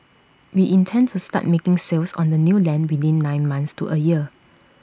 we intend to start making sales on the new land within nine months to A year